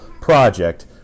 project